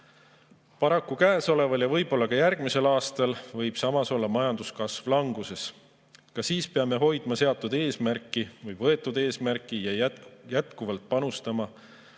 Paraku käesoleval ja võib-olla ka järgmisel aastal võib samas olla majanduskasv languses. Ka siis peame hoidma võetud eesmärki ja jätkuvalt panustama,